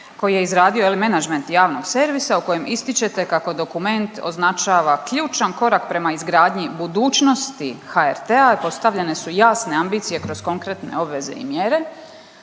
koji je izradio je li menadžment javnog servisa u kojem ističete kako dokument označava ključan korak prema izgradnji budućnosti HRT-a i postavljene su jasne ambicije kroz konkretne obveze i mjere,